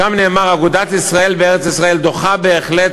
שם נאמר: אגודת ישראל בארץ-ישראל דוחה בהחלט